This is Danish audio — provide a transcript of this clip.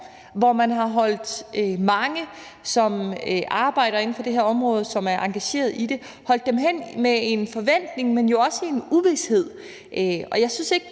hvor man har holdt mange, som arbejder inden for det her område, og som er engageret i det, hen med en forventning, men jo også i uvished. Og jeg synes ikke,